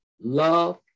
love